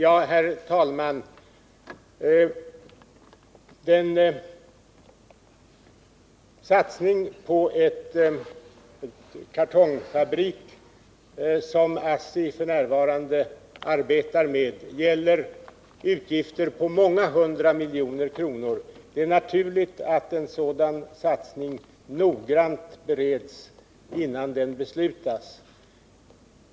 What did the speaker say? Herr talman! Den satsning på en kartongfabrik som ASSI f. n. arbetar med leder till utgifter på många hundra miljoner kronor. Det är naturligt att en sådan satsning noggrant bereds innan den beslutas.